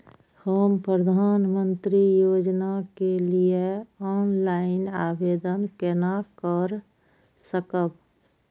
हम प्रधानमंत्री योजना के लिए ऑनलाइन आवेदन केना कर सकब?